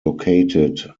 located